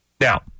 Now